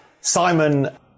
Simon